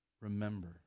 remember